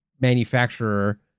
manufacturer